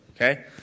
okay